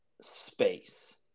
space